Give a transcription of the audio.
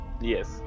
Yes